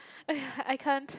!aiya! I can't